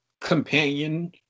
companion